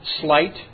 slight